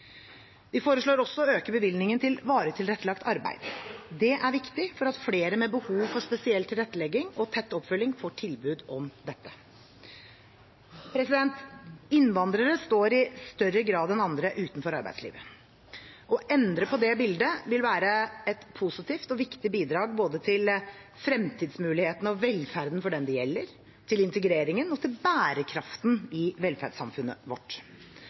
Vi foreslår også å øke bevilgningen til varig tilrettelagt arbeid. Det er viktig for at flere med behov for spesiell tilrettelegging og tett oppfølging får tilbud om dette. Innvandrere står i større grad enn andre utenfor arbeidslivet. Å endre på det bildet vil være et positivt og viktig bidrag både til fremtidsmulighetene og velferden for den det gjelder, til integreringen og til bærekraften i velferdssamfunnet vårt.